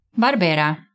Barbera